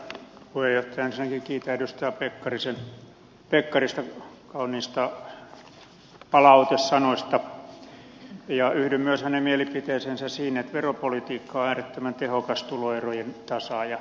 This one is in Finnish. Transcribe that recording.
ensinnäkin kiitän edustaja pekkarista kauniista palautesanoista ja yhdyn myös hänen mielipiteeseensä siinä että veropolitiikka on äärettömän tehokas tuloerojen tasaaja